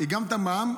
גם את המע"מ,